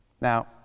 Now